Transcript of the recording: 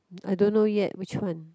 I don't know yet which one